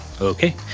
Okay